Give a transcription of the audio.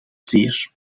zeer